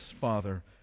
Father